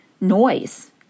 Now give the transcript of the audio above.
noise